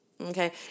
okay